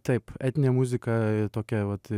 taip etninė muzika tokia vat